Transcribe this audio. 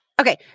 Okay